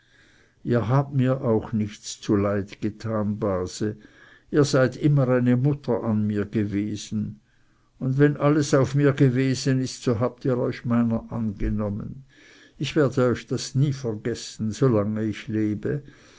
ihr habt mir auch nichts zuleid getan base ihr seid immer eine mutter an mir gewesen und wenn alles auf mir gewesen ist so habt ihr euch meiner angenommen ich werde euch das nie vergessen solange ich lebe